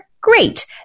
Great